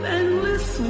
endless